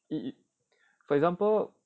it it for example